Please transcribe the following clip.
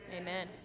Amen